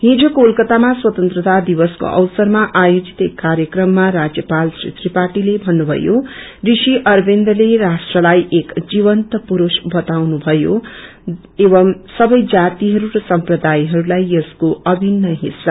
हिजो कोलकत्तामा स्वतन्त्रता दिवसको अवसरमा आयोजित एक ाकार्यक्रममा राज्यपाल श्री त्रिपाठीले भन्नुभयो ऋषि अरविन्दले राष्ट्रलाई एक जीवन्त पुरूष बतानु भयो एवमं सबै जातिहरू र सप्रदायहरूलाई यसको अभिन्न हिस्सा